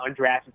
undrafted